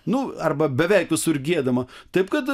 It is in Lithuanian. nu arba beveik visur giedama taip kad